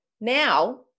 now